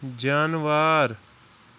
جانوار